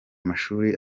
mashuri